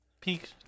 peak